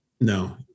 no